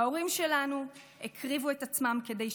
ההורים שלנו הקריבו את עצמם כדי שלנו,